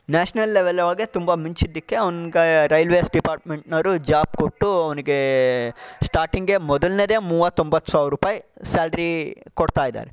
national ಲೆವೆಲವಗೆ ತುಂಬ ಮಿಂಚಿದ್ದಕ್ಕೆ ಅವನಿಗೆ ರೈಲ್ವೆಸ್ ಡಿಪಾರ್ಟ್ಸ್ಮೆಂಟ್ ಅವರು ಜಾಬ್ ಕೊಟ್ಟು ಅವನಿಗೆ ಸ್ಟಾರ್ಟಿಂಗೆ ಮೊದಲ್ನೇದೆ ಮೂವತ್ತೊಂಬತ್ತು ಸಾವಿರ ರೂಪಾಯಿ ಸ್ಯಾಲ್ರಿ ಕೊಡ್ತಾಯಿದ್ದಾರೆ